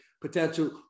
potential